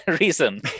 reason